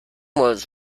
was